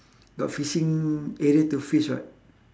got fishing area to fish [what]